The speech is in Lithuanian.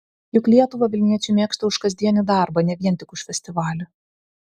juk lietuvą vilniečiai mėgsta už kasdienį darbą ne vien tik už festivalį